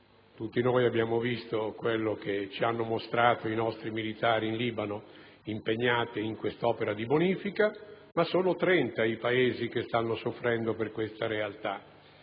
Tutti noi abbiamo visto quello che ci hanno mostrato i nostri militari impegnati in Libano nell'opera di bonifica, ma sono 30 i Paesi che stanno soffrendo per questa realtà.